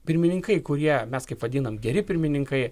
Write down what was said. pirmininkai kurie mes kaip vadinam geri pirmininkai